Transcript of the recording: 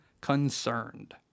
concerned